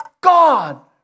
God